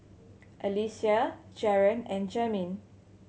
Alysia Jaron and Jamin